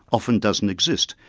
often doesn't exist.